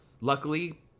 Luckily